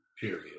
period